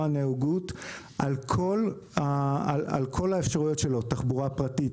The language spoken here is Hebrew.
הנהגות בכל האפשרויות שלו תחבורה פרטית,